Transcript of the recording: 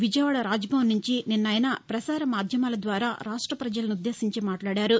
విజయవాడ రాజ్భవన్ నుంచి నిన్న ఆయన ప్రసార మాధ్యమాల ద్వారా రాష్ట ప్రజలనుద్దేశించి మాట్లాడారు